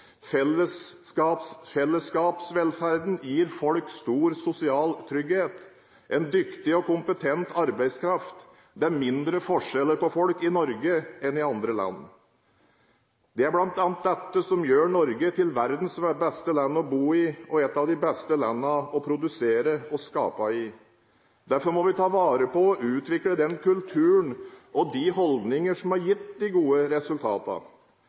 samfunn. Fellesskapsvelferden gir folk stor sosial trygghet, vi har dyktig og kompetent arbeidskraft. Det er mindre forskjeller blant folk i Norge enn i andre land. Det er bl.a. dette som gjør Norge til verdens beste land å bo i, og et av de beste landene å produsere og skape i. Derfor må vi ta vare på og utvikle den kulturen og de holdningene som har gitt de gode resultatene.